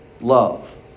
Love